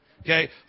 Okay